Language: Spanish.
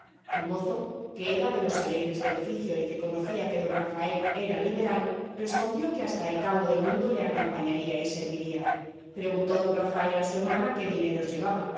el mozo que era de los alegres del oficio y que conocía que don rafael era liberal respondió que hasta el cabo del mundo le acompañaría y serviría preguntó don rafael a su hermana qué dineros llevaba